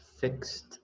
fixed